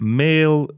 male